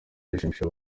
yashimishije